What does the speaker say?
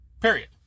period